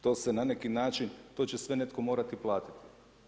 To se na neki način, to će sve netko morati platiti.